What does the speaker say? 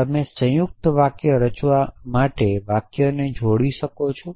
તમે સંયુક્ત વાક્યો રચવા માટે વાક્યોને જોડી શકો છો